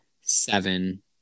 seven